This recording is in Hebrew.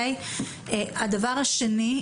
דבר שני,